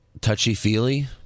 Touchy-feely